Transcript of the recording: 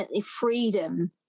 freedom